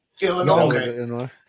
Illinois